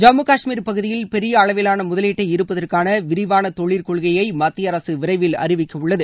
ஜம்மு காஷ்மீரில் பகுதியில் பெரிய அளவிலான முதலீட்டை ஈர்ப்பதற்கான விரிவான தொழிற்கொள்கையை மத்திய அரசு விரைவில் அறிவிக்க உள்ளது